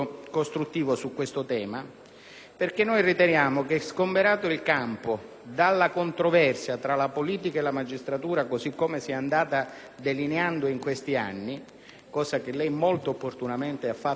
perché riteniamo che, sgomberato il campo dalla controversia tra la politica e la magistratura, così come si è andata delineando in questi anni, cosa che lei molto opportunamente ha fatto nella sua relazione,